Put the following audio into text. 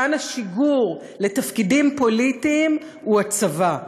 כן השיגור לתפקידים פוליטיים הוא הצבא.